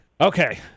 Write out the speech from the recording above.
Okay